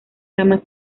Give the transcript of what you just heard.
ramas